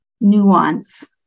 nuance